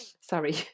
sorry